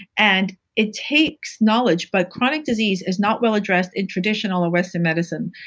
and it takes knowledge, but chronic disease is not well addressed in traditional or western medicine.